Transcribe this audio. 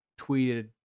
tweeted